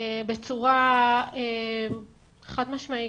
בצורה חד-משמעית.